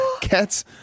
Cats